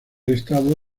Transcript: estado